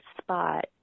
spot